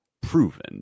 proven